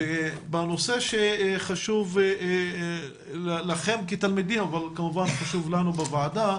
בנושא שחשוב לכם כתלמידים אבל כמובן חשוב לנו בוועדה,